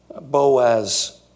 Boaz